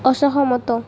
ଅସହମତ